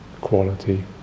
quality